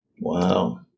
Wow